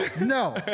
No